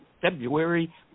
February